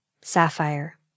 Sapphire